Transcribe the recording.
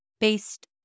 based